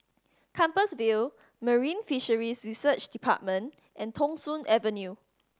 Compassvale Marine Fisheries Research Department and Thong Soon Avenue